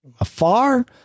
afar